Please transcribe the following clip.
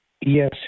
Yes